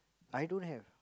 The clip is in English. I don't have